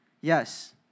Yes